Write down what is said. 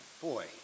boy